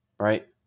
right